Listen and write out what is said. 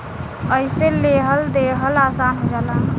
अइसे लेहल देहल आसन हो जाला